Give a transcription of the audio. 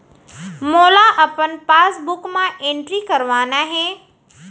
मोला अपन पासबुक म एंट्री करवाना हे?